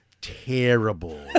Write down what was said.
terrible